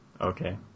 Okay